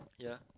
yeah